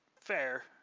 Fair